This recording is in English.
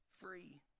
free